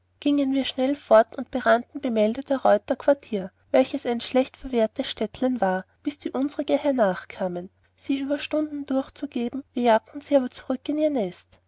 giengen wir schnell fort und berannten bemeldter reuter quartier welches ein schlechtverwahrtes städtlein war bis die unserige hernachkamen sie unterstunden durchzugehen wir jagten sie aber wieder zurück in ihr nest